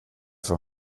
för